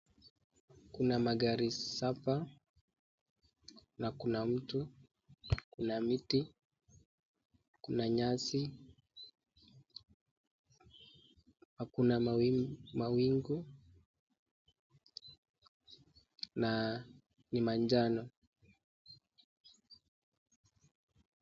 Kuna magari saba na kuna mtu, kuna miti, kuna nyasi na kuna mawingu na ni manjano.